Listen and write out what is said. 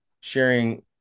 sharing